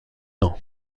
ans